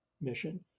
mission